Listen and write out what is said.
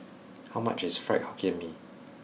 how much is Fried Hokkien Mee